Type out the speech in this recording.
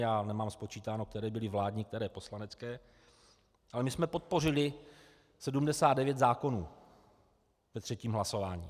Já nemám spočítáno, které byly vládní, které poslanecké, ale my jsme podpořili 79 zákonů ve třetím hlasování.